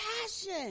passion